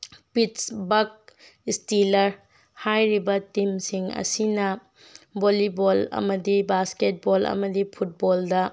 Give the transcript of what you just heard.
ꯄꯤꯠꯖꯕꯔꯛ ꯏꯁꯇꯤꯂꯔ ꯍꯥꯏꯔꯤꯕ ꯇꯤꯝ ꯁꯤꯡ ꯑꯁꯤꯅ ꯕꯣꯂꯤꯕꯣꯜ ꯑꯃꯗꯤ ꯕꯥꯁꯀꯦꯠ ꯕꯣꯜ ꯑꯃꯗꯤ ꯐꯨꯠꯕꯣꯜꯗ